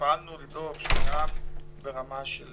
ופעלנו לדאוג --- ברמה של